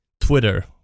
Twitter